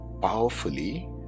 powerfully